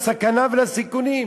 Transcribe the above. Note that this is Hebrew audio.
לסכנה ולסיכונים.